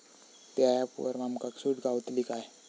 त्या ऍपवर आमका सूट गावतली काय?